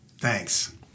Thanks